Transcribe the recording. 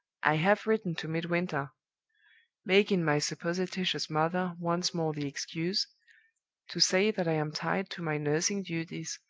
i have written to midwinter making my supposititious mother once more the excuse to say that i am tied to my nursing duties,